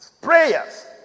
prayers